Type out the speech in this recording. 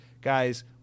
Guys